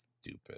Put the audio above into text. stupid